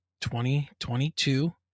2022